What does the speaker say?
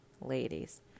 ladies